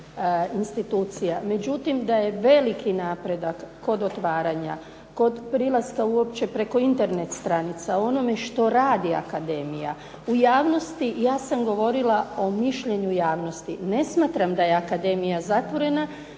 institucija, međutim da je veliki napredak kod otvaranja, kod prilaska uopće preko Internet stranica u onome što radi akademija u javnosti, ja sam govorila o mišljenju javnosti. Ne smatram da je akademija zatvorena,